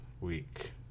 week